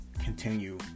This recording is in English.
continue